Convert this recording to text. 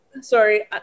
Sorry